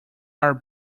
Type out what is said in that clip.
are